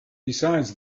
besides